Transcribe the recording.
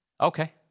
Okay